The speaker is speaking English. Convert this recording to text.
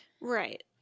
Right